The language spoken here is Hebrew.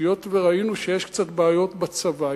היות שראינו שיש בעיות בצבא,